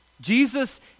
Jesus